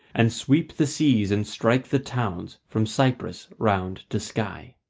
and sweep the seas and strike the towns from cyprus round to skye.